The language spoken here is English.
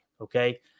Okay